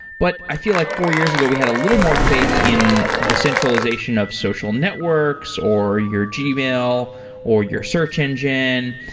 but i feel like four years ago we had a little more faith in the centralization of social networks, or your gmail, or your search engine.